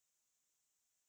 ஆறவே இல்ல:aaravae illa